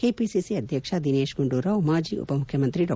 KPCC ಅಧ್ಯಕ್ಷ ದಿನೇತ್ ಗುಂಡೂರಾವ್ ಮಾಜಿ ಉಪ ಮುಖ್ಯಮಂತ್ರಿ ಡಾ